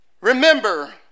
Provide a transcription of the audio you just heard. Remember